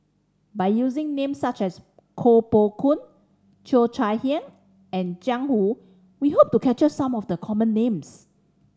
by using names such as Koh Poh Koon Cheo Chai Hiang and Jiang Hu we hope to capture some of the common names